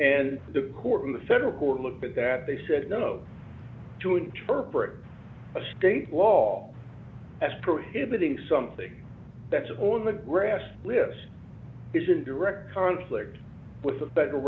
and the court in the federal court looked at that they said no to interpret a state law as prohibiting something that's on the grass list is in direct conflict with the federal